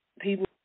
people